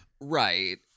Right